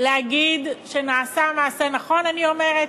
להגיד שנעשה מעשה נכון, אני אומרת.